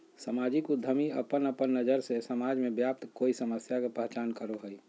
सामाजिक उद्यमी अपन अपन नज़र से समाज में व्याप्त कोय समस्या के पहचान करो हइ